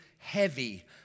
heavy